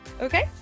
Okay